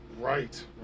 Right